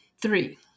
Three